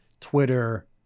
Twitter